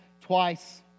twice